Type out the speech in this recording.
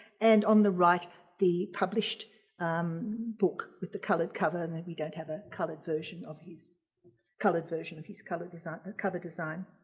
and on the right the published book with the colored cover. and that we don't have a colored version of his colored version of his color design. a cover design.